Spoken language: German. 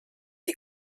die